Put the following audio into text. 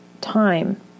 time